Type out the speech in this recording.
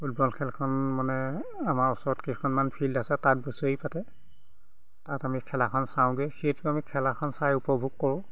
football খেলখন মানে আমাৰ ওচৰত কেইখনমান ফিল্ড আছে তাত বছৰি পাতে তাত আমি খেলাখন চাওঁগৈ সেইটো আমি খেলাখন চাই উপভোগ কৰোঁ